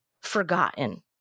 forgotten